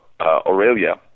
Aurelia